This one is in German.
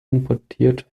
importiert